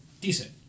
Decent